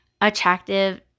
attractive